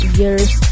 years